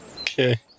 Okay